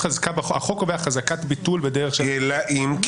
החוק קובע חזקת ביטול בדרך של --- "אלא אם כן".